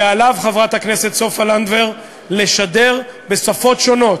ועליו, חברת הכנסת סופה לנדבר, לשדר בשפות שונות,